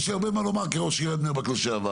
יש לי הרבה מה לומר כראש עיריית בני ברק לשעבר.